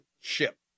ship